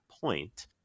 point